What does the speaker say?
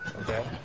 Okay